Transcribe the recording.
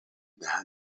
بهم